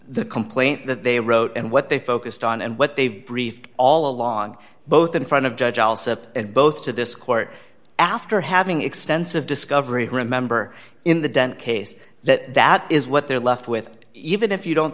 the complaint that they wrote and what they focused on and what they brief all along both in front of judge and both to this court after having extensive discovery remember in the dent case that that is what they're left with even if you don't